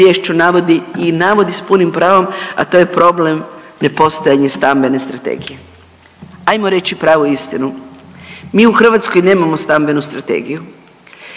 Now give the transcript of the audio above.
izvješću navodi i navodi s punim pravom, a to je problem nepostojanje stambene strategije. Hajmo reći pravu istinu. Mi u Hrvatskoj nemamo stambenu strategiju,